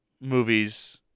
movies